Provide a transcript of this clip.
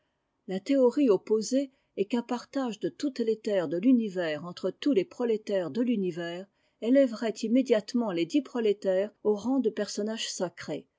la théorie opposée est qu'un partage de toutes les terres de l'univers entre tous les prolétaires de l'univers élèverait immédiatement les dits prolétaires au rang de personnages sacrés